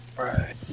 Right